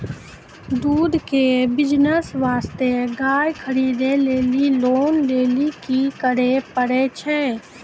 दूध के बिज़नेस वास्ते गाय खरीदे लेली लोन लेली की करे पड़ै छै?